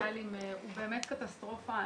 הסוציאליים הוא באמת קטסטרופה.